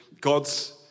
God's